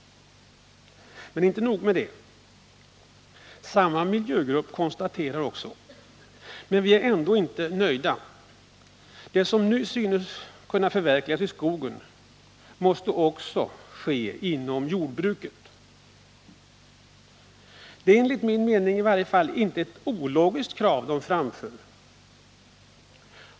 Men inte nog med det. Samma miljögrupp konstaterade också: ”Men vi är ändå inte nöjda. Det som nu synes kunna förverkligas i skogen måste också ske inom jordbruket.” Det är enligt min mening i varje fall inte ett ologiskt krav som gruppen framför.